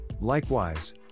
Likewise